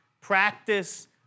Practice